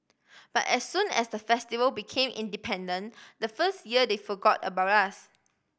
but as soon as the Festival became independent the first year they forgot about us